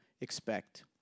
expect